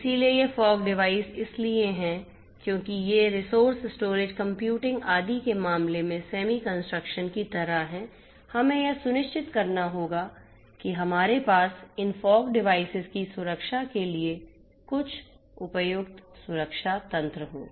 इसलिए ये fog device इसलिए हैं क्योंकि ये रिसोर्स स्टोरेज कंप्यूटिंग आदि के मामले में सेमी कंस्ट्रक्शन की तरह हैं हमें यह सुनिश्चित करना होगा कि हमारे पास इन फॉग डिवाइसेस की सुरक्षा के लिए कुछ उपयुक्त सुरक्षा तंत्र हों